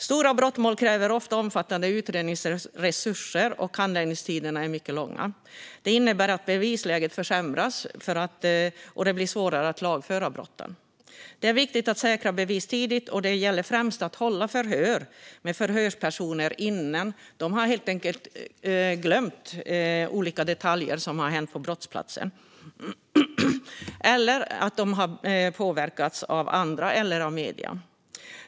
Stora brottmål kräver ofta omfattande utredningsresurser, och handläggningstiderna är mycket långa. Det innebär att bevisläget försämras, och det blir svårare att lagföra brotten. Det är viktigt att säkra bevis tidigt, och det gäller främst att hålla förhör med förhörspersoner innan de helt enkelt har glömt olika detaljer från brottsplatsen eller har hunnit påverkas av andra eller av medierna.